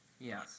Yes